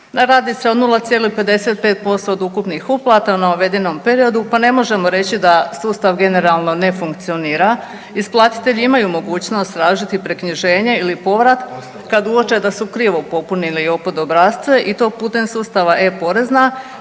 Radi se o 0,55% od ukupnih uplata u navedenom periodu pa ne možemo reći da sustav generalno ne funkcionira. Isplatitelji imaju mogućnost tražiti preknjiženje ili povrat kad uoče da su krivo popunili JOPPD obrasce i to putem sustava e-porezna.